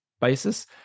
basis